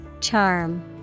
Charm